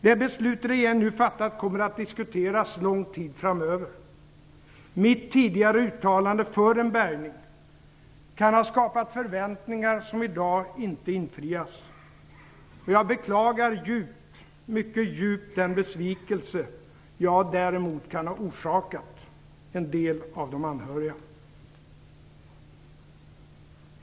Det beslut regeringen nu fattat kommer att diskuteras lång tid framöver. Mitt tidigare uttalande för en bärgning kan ha skapat förväntningar som i dag inte infriats. Jag beklagar mycket djupt den besvikelse jag därmed kan ha orsakat en del av de anhöriga.